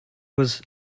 was